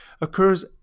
occurs